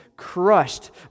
crushed